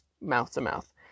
mouth-to-mouth